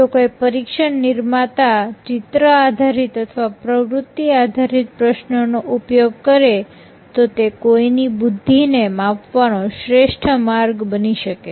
જો કોઈ પરીક્ષણ નિર્માતા ચિત્ર આધારિત અથવા પ્રવૃત્તિ આધારિત પ્રશ્નોનો ઉપયોગ કરે તો તે કોઈની બુદ્ધિને માપવાનો શ્રેષ્ઠ માર્ગ બની શકે